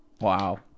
Wow